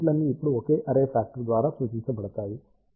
ఈ ఎలిమెంట్లన్నీ ఇప్పుడు ఒకే అర్రే ఫ్యాక్టర్ ద్వారా సూచించబడతాయి